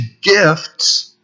gifts